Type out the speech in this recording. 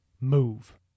move